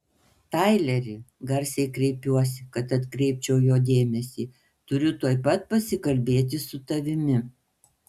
taileri garsiai kreipiuosi kad atkreipčiau jo dėmesį turiu tuoj pat pasikalbėti su tavimi